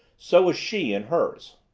so was she in hers.